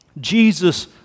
Jesus